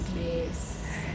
yes